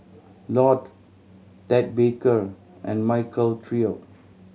Lotte Ted Baker and Michael Trio